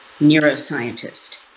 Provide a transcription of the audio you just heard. neuroscientist